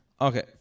Okay